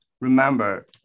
remember